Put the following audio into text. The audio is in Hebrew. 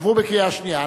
עברו בקריאה שנייה.